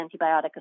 antibiotic